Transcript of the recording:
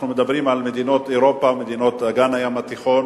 אנחנו מדברים על מדינות אירופה ומדינות אגן הים התיכון,